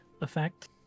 effect